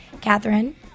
Catherine